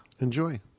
Enjoy